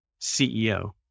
CEO